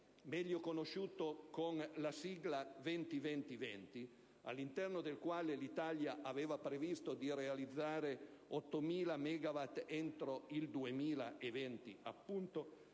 europea conosciuto con la sigla 20-20-20, all'interno del quale l'Italia aveva previsto di realizzare 8.000 megawatt entro il 2020, secondo